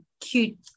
cute